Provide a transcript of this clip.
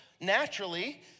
naturally